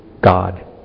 God